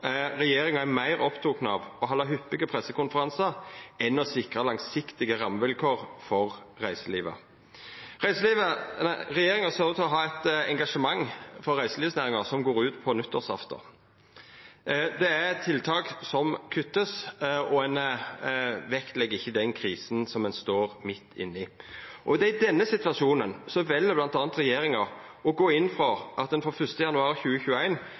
regjeringa er meir oppteken av å halda hyppige pressekonferansar enn av å sikra langsiktige rammevilkår for reiselivet. Regjeringa ser ut til å ha eit engasjement for reiselivsnæringa som går ut på nyttårsaftan. Det er tiltak som vert kutta, og ein vektlegg ikkje den krisa som ein står midt inne i. Og i denne situasjonen vel regjeringa bl.a. å gå inn for at avgifta for reiseliv skal doblast frå 1. januar